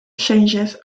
changes